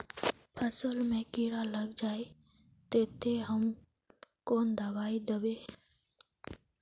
फसल में कीड़ा लग जाए ते, ते हम कौन दबाई दबे?